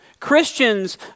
Christians